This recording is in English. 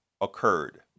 occurred